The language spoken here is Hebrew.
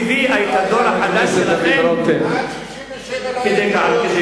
שהביאה את הדור החדש הזה שלכם עד כדי כך.